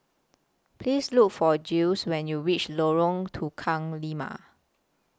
Please Look For Jiles when YOU REACH Lorong Tukang Lima